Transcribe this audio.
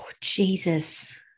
Jesus